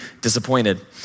disappointed